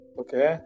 okay